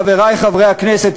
חברי חברי הכנסת,